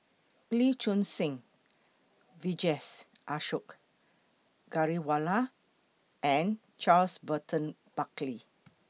Lee Choon Seng Vijesh Ashok Ghariwala and Charles Burton Buckley